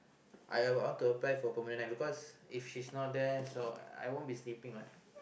I I want to apply for permanent night cause if she's not there I won't be sleeping what